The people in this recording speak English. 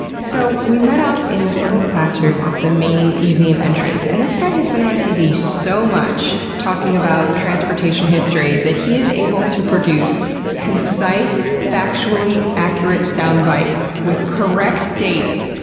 so we met up in this little classroom off the main museum entrance, and this guy has been on tv so much talking about transportation history that he is able to produce concise, factually accurate soundbites with correct dates.